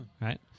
Right